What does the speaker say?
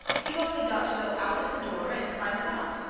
you've only got to go out at the door, and climb about.